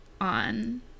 on